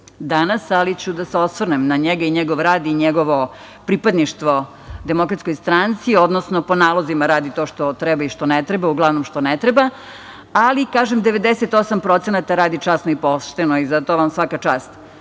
danas, ali ću da se osvrnem na njega i njegov rad i njegovo pripadništvo DS, odnosno po nalozima radi to što treba i što ne treba, uglavnom što ne treba, ali kažem 98% radi časno i pošteno i zato vam svaka čast. Što